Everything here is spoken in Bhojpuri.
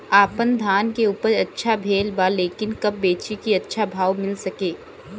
आपनधान के उपज अच्छा भेल बा लेकिन कब बेची कि अच्छा भाव मिल सके?